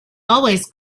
always